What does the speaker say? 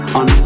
on